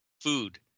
food